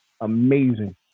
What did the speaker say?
amazing